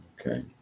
Okay